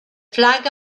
flag